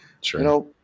Sure